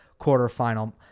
quarterfinal